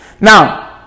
Now